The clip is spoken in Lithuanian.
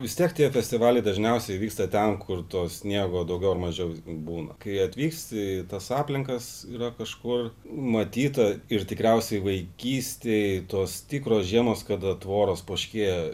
vis tiek tie festivaliai dažniausiai vyksta ten kur to sniego daugiau ar mažiau būna kai atvyksti į tas aplinkas yra kažkur matyta ir tikriausiai vaikystėj tos tikros žiemos kada tvoros poškėjo